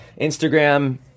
Instagram